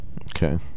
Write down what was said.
Okay